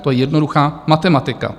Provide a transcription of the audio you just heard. To je jednoduchá matematika.